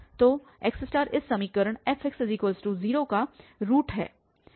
तो xइस समीकरण fx0 का रूट है